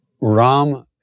Ram